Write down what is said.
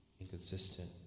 inconsistent